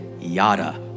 yada